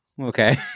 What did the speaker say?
Okay